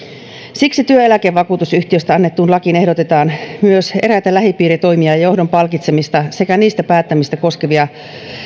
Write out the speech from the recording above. siksi työeläkevakuutusyhtiöistä annettuun lakiin ehdotetaan myös eräitä lähipiiritoimia ja johdon palkitsemista sekä niistä päättämistä koskevia